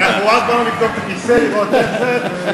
אנחנו רק באנו לבדוק את הכיסא, לראות איך זה.